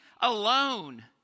alone